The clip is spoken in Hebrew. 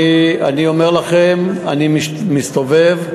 אני אומר לכם, אני מסתובב,